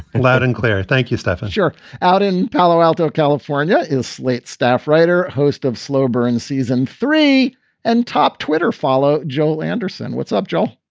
loud and clear thank you, stefan you're out in palo alto, california. slate staff writer, host of slow burn season three and top twitter follow. joel anderson. what's up, joel?